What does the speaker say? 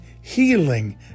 healing